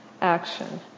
action